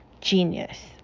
genius